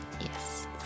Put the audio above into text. yes